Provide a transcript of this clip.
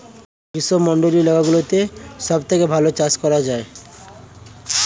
গ্রীষ্মমণ্ডলীয় এলাকাগুলোতে সবথেকে ভালো চাষ করা যায়